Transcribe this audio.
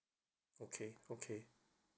okay okay